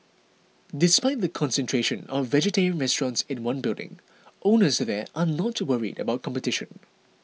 despite the concentration of vegetarian restaurants in one building owners there are not worried about competition